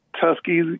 Tuskegee